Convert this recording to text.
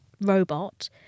robot